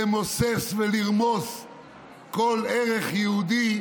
למוסס ולרמוס כל ערך יהודי,